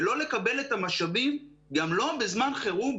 ולא לקבל את המשאבים גם לא בזמן חירום.